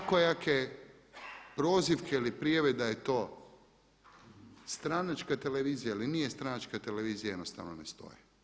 Svakojake prozivke ili prijave da je to stranačka televizija ili nije stranačka televizija, jednostavno ne stoje.